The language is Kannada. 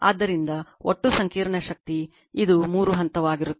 ಆದ್ದರಿಂದ ಒಟ್ಟು ಸಂಕೀರ್ಣ ಶಕ್ತಿ ಇದು ಮೂರು ಹಂತವಾಗಿರುತ್ತದೆ